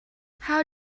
how